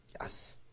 Yes